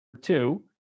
two